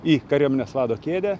į kariuomenės vado kėdę